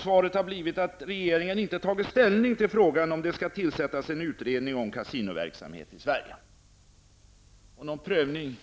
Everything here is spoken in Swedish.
Svaret blev att regeringen inte har tagit ställning till frågan om det skall tillsättas en utredning om kasinoverksamhet i Sverige. Det sades ingenting om någon prövning